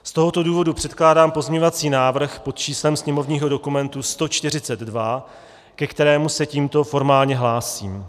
Z tohoto důvodu předkládám pozměňovací návrh pod číslem sněmovního dokumentu 142, ke kterému se tímto formálně hlásím.